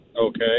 Okay